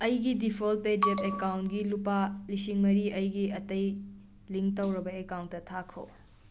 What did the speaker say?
ꯑꯩꯒꯤ default PayZapp ꯑꯦꯀꯥꯎꯟꯒꯤ ꯂꯨꯄꯥ ꯂꯤꯁꯤꯡ ꯃꯔꯤ ꯑꯩꯒꯤ ꯑꯇꯩ ꯂꯤꯡ ꯇꯧꯔꯕ ꯑꯦꯀꯥꯎꯟꯇ ꯊꯥꯈꯣ